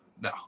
No